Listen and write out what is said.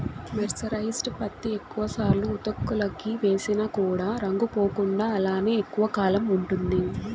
mercerised పత్తి ఎక్కువ సార్లు ఉతుకులకి వేసిన కూడా రంగు పోకుండా అలానే ఎక్కువ కాలం ఉంటుంది